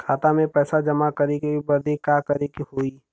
खाता मे पैसा जमा करे बदे का करे के होई?